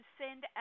send